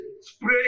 spray